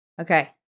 Okay